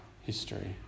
history